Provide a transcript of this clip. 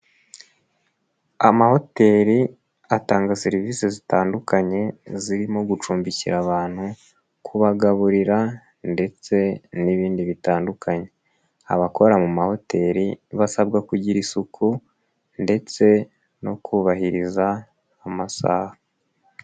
Amahoteli atanga serivisi zitandukanye zirimo gucumbikira abantu kubagaburira ndetse n'ibindi bitandukanye, abakora mu mahoteli basabwa kugira isuku ndetse no kubahiriza amasaha.